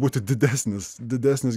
būti didesnis didesnis